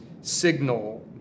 signal